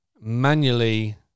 manually